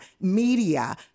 media